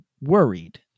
worried